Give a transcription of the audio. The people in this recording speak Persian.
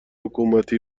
حکومتی